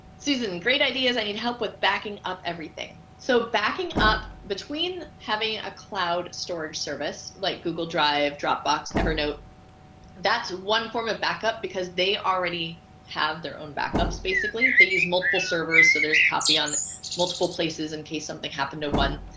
susan great ideas. i need help with backing up everything so backing up between having a cloud storage service like google drive dropbox ever note that's one form of backup because they already have their own backups. basically they used multiple servers. so there's a copy on multiple places in case something one